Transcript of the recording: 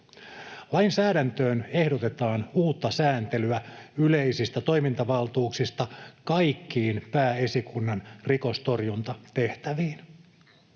Lainsäädäntöön ehdotetaan uutta sääntelyä yleisistä toimintavaltuuksista kaikkiin pääesikunnan rikostorjuntatehtäviin.